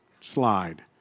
slide